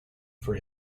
for